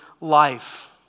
life